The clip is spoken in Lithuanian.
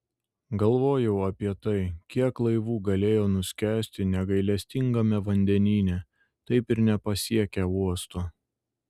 galvojau apie tai kiek laivų galėjo nuskęsti negailestingame vandenyne taip ir nepasiekę uosto